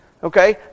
Okay